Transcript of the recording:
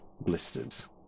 blisters